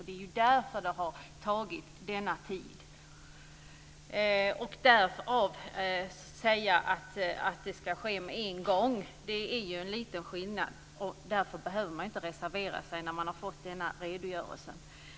Detta är anledningen till att det har tagit tid. Säger man att detta ska ske med en gång gäller det något annat. Man behöver inte reservera sig när man har fått en sådan här redogörelse.